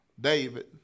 David